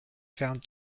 found